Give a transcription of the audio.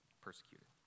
persecuted